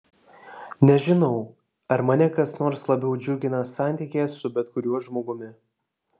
nežinau ar mane kas nors labiau džiugina santykyje su bet kuriuo žmogumi